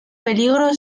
peligro